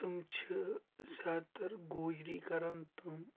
تِم چھِ زیادٕ تَر گوجری کَران تِم